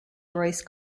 royce